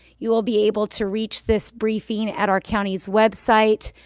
you will be able to reach this briefing at our county's website,